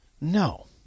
no